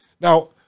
Now